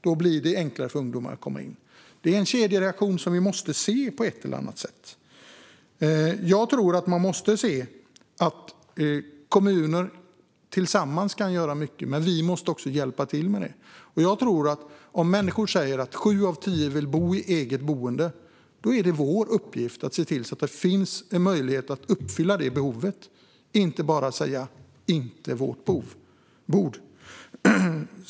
Då blir det enklare för ungdomar att komma in. Det är en kedjereaktion som vi måste se. Jag tror att man måste se att kommuner tillsammans kan göra mycket, men vi måste också hjälpa till med detta. Om sju människor av tio vill bo i eget boende är det vår uppgift att se till att det finns en möjlighet att möta det behovet. Vi ska inte bara säga: Det är inte vårt bord.